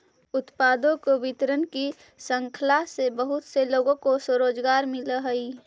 उत्पादों के वितरण की श्रृंखला से बहुत से लोगों को रोजगार मिलअ हई